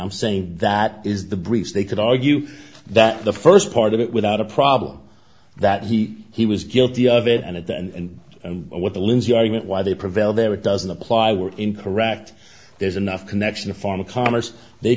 i'm saying that is the breach they could argue that the st part of it without a problem that he he was guilty of it and at the end what the lindsey argument why they prevail there it doesn't apply were incorrect there's enough connection a form of commerce they